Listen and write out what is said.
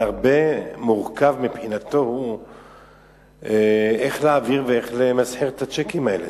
זה מורכב מבחינתו איך להעביר ואיך למסחר את הצ'קים האלה.